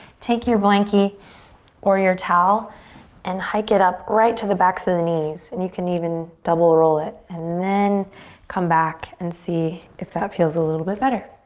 take your blanky or your towel and hike it up right to the backs of the knees. and you can even double roll it and then come back and see if that feels a little bit better.